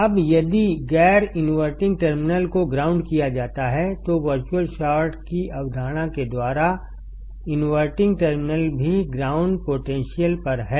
अब यदि गैर इनवर्टिंग टर्मिनल को ग्राउंड किया जाता है तो वर्चुअल शॉर्ट की अवधारणा के द्वारा इनवर्टिंग टर्मिनल भी ग्राउंड पोटेंशियल पर है